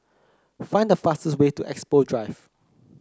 find the fastest way to Expo Drive